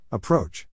Approach